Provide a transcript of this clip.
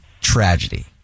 tragedy